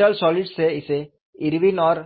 brittle solids से इसे Irwin और